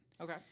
Okay